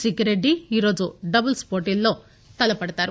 సిక్కిరెడ్డి ఈ రోజు డబుల్స్ పోటీల్లో తలపడతారు